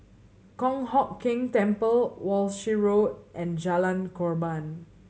Kong Hock Keng Temple Walshe Road and Jalan Korban